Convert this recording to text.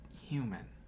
human